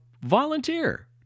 volunteer